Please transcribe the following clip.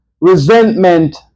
resentment